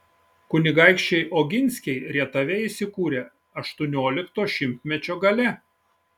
kunigaikščiai oginskiai rietave įsikūrė aštuoniolikto šimtmečio gale